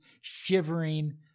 shivering